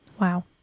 Wow